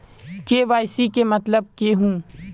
KYC के मतलब केहू?